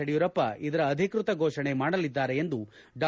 ಯಡಿಯೂರಪ್ಪ ಇದರ ಅಧಿಕೃತ ಫೋಷಣೆ ಮಾಡಲಿದ್ದಾರೆ ಎಂದು ಡಾ